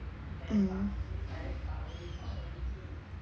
mm